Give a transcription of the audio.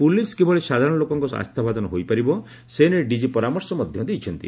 police କିଭଳି ସାଧାରଣ ଲୋକଙ୍କ ଆସ୍ରାଭାଜନ ହୋଇପାରିବ ସେ ନେଇ ଡିଜି ପରାମର୍ଶ ମଧ୍ଧ ଦେଇଛନ୍ତି